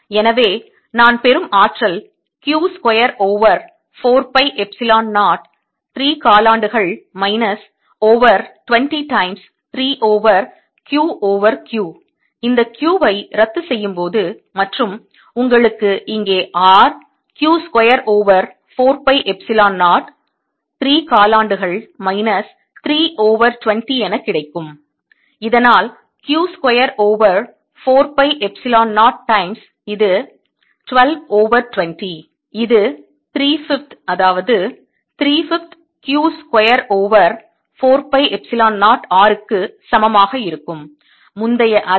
எனவே நான் பெறும் ஆற்றல் Q square over 4 pi epsilon 0 3 காலாண்டுகள் minus over 20 times 3 over Q over Q இந்த Qவை ரத்து செய்யும்போது மற்றும் உங்களுக்கு இங்கே R Q square over 4 pi epsilon 0 3 காலாண்டுகள் மைனஸ் 3 ஓவர் 20 எனக்கிடைக்கும் இதனால் Q square over 4 pi epsilon 0 times இது 12 ஓவர் 20 இது 3 5th அதாவது 3 5th Q square over 4 pi epsilon 0 R க்கு சமமாக இருக்கும் முந்தைய அதே பதில்